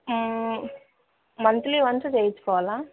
monthly once చెయ్యించుకోవాలా